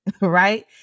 right